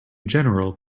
general